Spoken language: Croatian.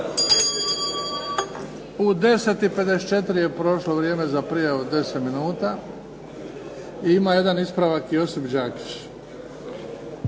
U 10,54 je prošlo vrijeme za prijavu od 10 minuta. Ima jedan ispravak, Josip Đakić.